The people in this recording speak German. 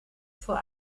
vor